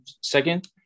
second